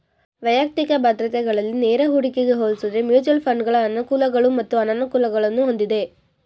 ವೈಯಕ್ತಿಕ ಭದ್ರತೆಗಳಲ್ಲಿ ನೇರ ಹೂಡಿಕೆಗೆ ಹೋಲಿಸುದ್ರೆ ಮ್ಯೂಚುಯಲ್ ಫಂಡ್ಗಳ ಅನುಕೂಲಗಳು ಮತ್ತು ಅನಾನುಕೂಲಗಳನ್ನು ಹೊಂದಿದೆ